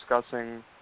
discussing